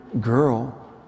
girl